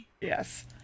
Yes